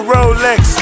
Rolex